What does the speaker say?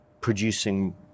producing